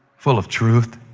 full of truth.